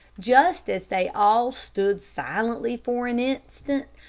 just as they all stood silently for an instant,